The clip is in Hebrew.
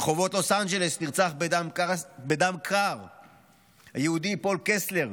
ברחובות לוס אנג'לס נרצח בדם קר היהודי פול קסלר,